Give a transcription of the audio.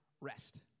rest